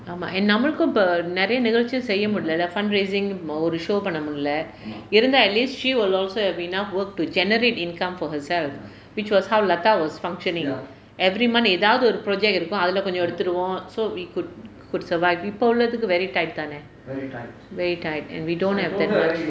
ஆமாம் நம்மளுக்கு இப்ப நிறைய நிலச்சொம் செய்ய முடியில:aamaam nammalukku ippa niraya nilachol seyya mudiyila fundraising ஒரு:oru show பண்ண முடியில இருந்தா:panna mudiyila irunthaa at least she will also have enough work to generate income for herself which was how lata was functioning every month ஏதாவது ஒரு:aethaavathu oru project இருக்கும் அதுல கொஞ்சம் எடுத்துருவோம்:irukkum athula koncham eduthurovom so we could could survive இப்பொழுதும்:ippoluthukku very tight தானே:thaane very tight and we don't have that much